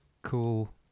Cool